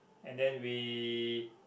and then we